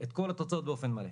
את כל התוצאות באופן מלא.